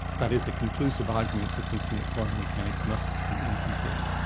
that is a conclusive argument for thinking that quantum mechanics must be incomplete.